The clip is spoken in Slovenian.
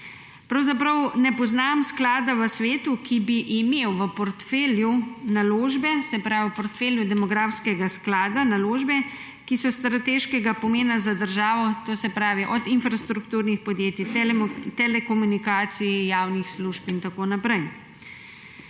Pravzaprav ne poznam sklada v svetu, ki bi imel v portfelju naložbe, se pravi, portfelju demografskega sklada naložbe, ki so strateškega pomena za državo, to se pravi, od infrastrukturnih podjetij, telekomunikacij, javnih služb in tako naprej.